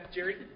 Jerry